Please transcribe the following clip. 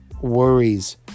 worries